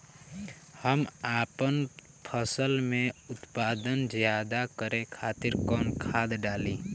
हम आपन फसल में उत्पादन ज्यदा करे खातिर कौन खाद डाली?